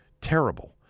terrible